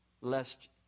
lest